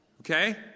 Okay